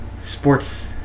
sports